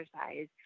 exercise